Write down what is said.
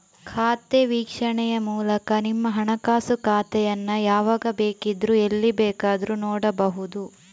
ಖಾತೆ ವೀಕ್ಷಣೆಯ ಮೂಲಕ ನಿಮ್ಮ ಹಣಕಾಸು ಖಾತೆಯನ್ನ ಯಾವಾಗ ಬೇಕಿದ್ರೂ ಎಲ್ಲಿ ಬೇಕಾದ್ರೂ ನೋಡ್ಬಹುದು